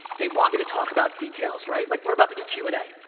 they want me to talk about details, right, like we're about to do q and a,